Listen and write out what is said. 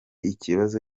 ikibazo